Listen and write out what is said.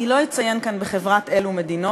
אני לא אציין כאן בחברת אילו מדינות,